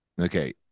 Okay